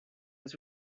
was